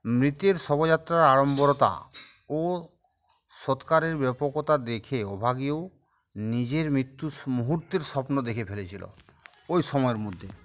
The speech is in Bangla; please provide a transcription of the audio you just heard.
মৃতের শোভাযাত্রার আড়ম্বরতা ও সৎকারের ব্যাপকতা দেখে অভাগীয়ও নিজের মৃত্যুর মুহূর্তের স্বপ্ন দেখে ফেলেছিল ওই সময়ের মধ্যে